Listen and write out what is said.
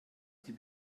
die